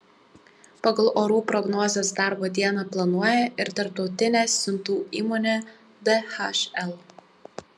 pagal orų prognozes darbo dieną planuoja ir tarptautinė siuntų įmonė dhl